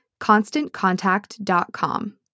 ConstantContact.com